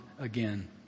again